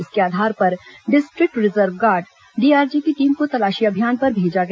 इसके आधार पर डिस्ट्रिक्ट रिजर्व गार्ड डीआरजी की टीम को तलाशी अभियान पर भेजा गया